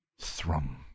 THRUM